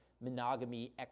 monogamy